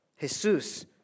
Jesus